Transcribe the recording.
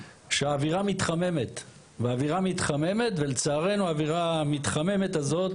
שהאווירה מתחממת ולצערנו האווירה המתחממת הזאת